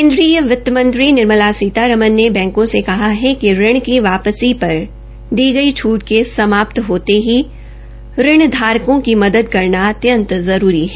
केन्द्रीय वित्मंत्री निर्मला सीतारमण ने बैंकों से कहा है कि ऋण की वापसी पर दी गई छ्ट के समाप्त होते ही ऋण धारकों की मदद करना अत्यंत जरूरी है